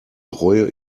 bereue